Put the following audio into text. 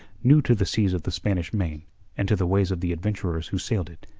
new to the seas of the spanish main and to the ways of the adventurers who sailed it,